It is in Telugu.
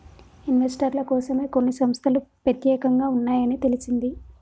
ఇన్వెస్టర్ల కోసమే కొన్ని సంస్తలు పెత్యేకంగా ఉన్నాయని తెలిసింది